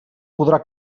podrà